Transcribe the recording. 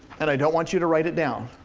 and i don't want you to write it down,